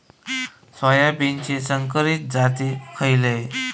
सोयाबीनचे संकरित जाती खयले?